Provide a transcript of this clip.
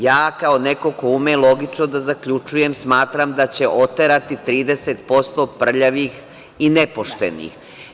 Ja kao neko ko ume logično da zaključujem smatram da će oterati 30% prljavih i nepoštenih.